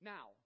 Now